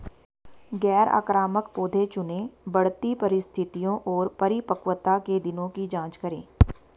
गैर आक्रामक पौधे चुनें, बढ़ती परिस्थितियों और परिपक्वता के दिनों की जाँच करें